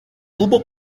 tuvo